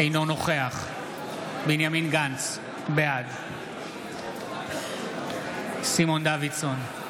אינו נוכח בנימין גנץ, בעד סימון דוידסון,